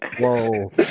whoa